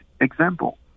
example